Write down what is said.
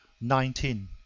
nineteen